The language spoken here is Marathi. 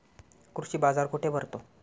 कृषी बाजार कुठे भरतो?